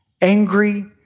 angry